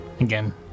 Again